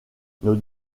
nos